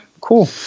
Cool